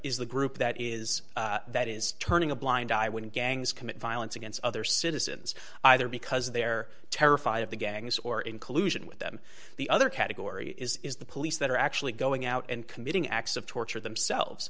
is the group that is that is turning a blind eye when gangs commit violence against other citizens either because they're terrified of the gangs or in collusion with them the other category is the police that are actually going out and committing acts of torture themselves